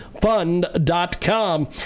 Fund.com